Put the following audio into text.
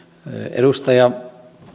edustaja